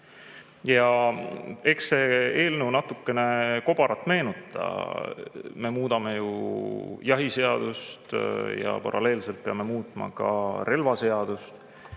Jah, eks see eelnõu natukene kobarat meenuta: me muudame ju jahiseadust ja paralleelselt peame muutma ka relvaseadust.